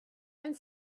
and